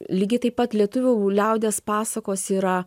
lygiai taip pat lietuvių liaudies pasakos yra